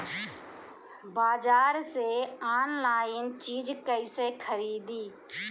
बाजार से आनलाइन चीज कैसे खरीदी?